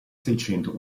seicento